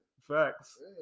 Facts